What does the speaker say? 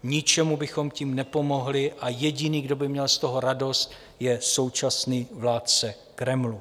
Ničemu bychom tím nepomohli a jediný, kdo by měl z toho radost, je současný vládce Kremlu.